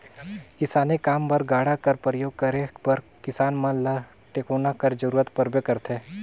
किसानी काम बर गाड़ा कर परियोग करे बर किसान मन ल टेकोना कर जरूरत परबे करथे